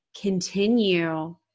continue